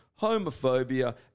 homophobia